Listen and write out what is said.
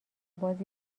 باز